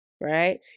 right